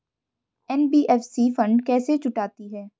NBFC fund कैसे जुटाती है?